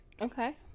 Okay